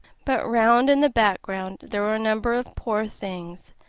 but round in the background there were a number of poor things,